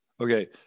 okay